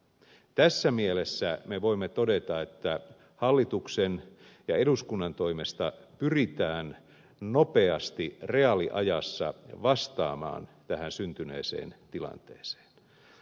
tässä mielessä me voimme todeta että hallituksen ja eduskunnan toimesta pyritään nopeasti reaaliajassa vastaamaan tähän syntyneeseen tilanteeseen